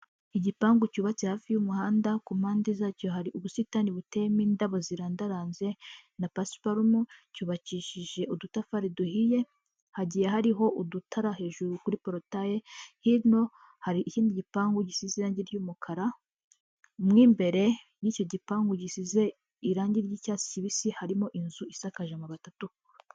Igipangu cyubatse hafi y'umuhanda, ku mpande zacyo hari ubusitani butemo indabo zirandaranze na pasiparumu, cyubakishije udutafari duhiye, hagiye hariho udutara hejuru kuri porotaye, hino hari ikindi gipangu gisize irangi ry'umukara, mo imbere y'icyo gipangu gisize irangi ry'icyatsi kibisi harimo inzu isakaje amabati atukura.